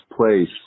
place